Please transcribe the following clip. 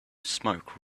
smoke